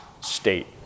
state